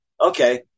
Okay